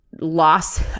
loss